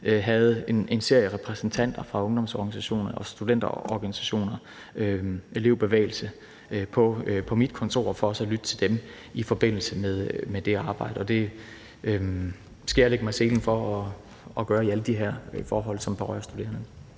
havde en serie repræsentanter for ungdomsorganisationer, studenterorganisationer, elevbevægelser på mit kontor for at lytte til dem i forbindelse med det arbejde. Det skal jeg lægge mig i selen for at gøre i alle de her forhold, som berører studerende.